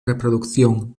reproducción